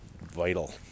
vital